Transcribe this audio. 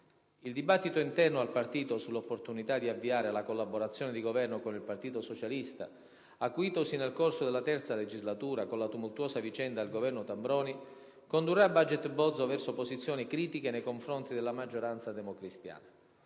il dibattito interno al partito sull'opportunità di avviare la collaborazione di governo con il Partito socialista, acuitosi nel corso della III legislatura con la tumultuosa vicenda del Governo Tambroni, condurrà Baget Bozzo verso posizioni critiche nei confronti della maggioranza democristiana.